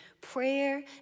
Prayer